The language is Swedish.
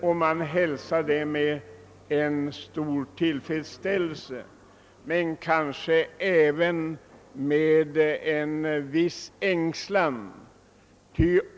Jag hälsar detta med tillfredsställelse, men kanske även med en viss ängslan.